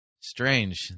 Strange